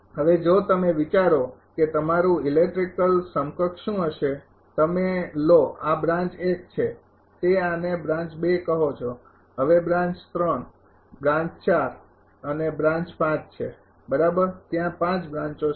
હવે જો તમે વિચારો કે તમારું ઇલેક્ટ્રિકલ સમકક્ષ શું હશે તમે લો આ બ્રાન્ચ છે તે આને બ્રાન્ચ કહો છો હવે બ્રાન્ચ બ્રાન્ચ અને આ બ્રાન્ચ છે બરાબર ત્યાં બ્રાંચો છે